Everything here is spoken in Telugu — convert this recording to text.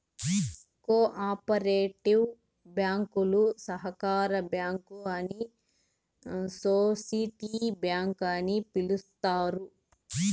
కో ఆపరేటివ్ బ్యాంకులు సహకార బ్యాంకు అని సోసిటీ బ్యాంక్ అని పిలుత్తారు